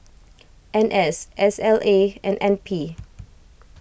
N S S L A and N P